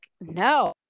no